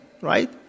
right